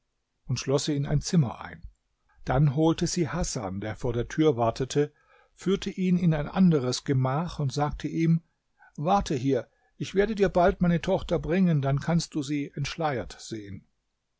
und schloß sie in ein zimmer ein dann holte sie hasan der vor der tür wartete führte ihn in ein anderes gemach und sagte ihm warte hier ich werde dir bald meine tochter bringen dann kannst du sie entschleiert sehen